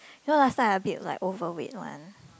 you know last time I a bit like overweight one